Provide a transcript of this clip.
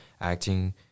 acting